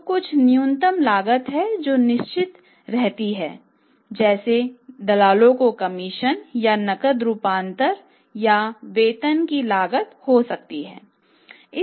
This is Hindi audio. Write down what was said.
तो कुछ न्यूनतम लागत है जो निश्चित रहती है जो दलालों के कमीशन या नकद रूपांतरण या वेतन की लागत हो सकती है